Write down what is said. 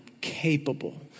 capable